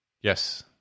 Yes